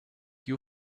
you